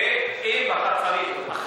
ואם אתה צריך,